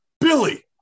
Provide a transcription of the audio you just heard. Billy